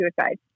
suicide